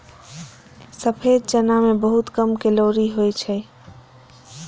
सफेद चना मे बहुत कम कैलोरी होइ छै